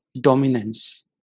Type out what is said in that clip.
dominance